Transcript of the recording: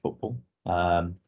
football